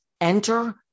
Enter